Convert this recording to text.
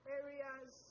areas